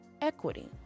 equity